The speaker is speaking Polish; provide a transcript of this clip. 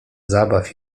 zabaw